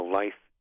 life